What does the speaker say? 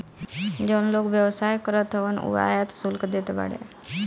जवन लोग व्यवसाय करत हवन उ आयात शुल्क देत बाने